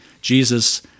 Jesus